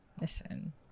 Listen